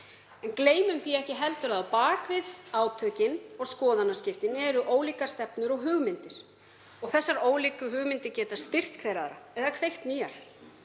En gleymum því ekki heldur að á bak við átökin og skoðanaskiptin eru ólíkar stefnur og hugmyndir. Þessar ólíku hugmyndir geta styrkt hver aðra eða kveikt nýjar.